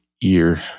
ear